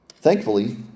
Thankfully